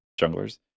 junglers